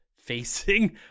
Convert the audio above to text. facing